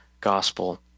gospel